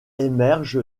émerge